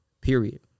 Period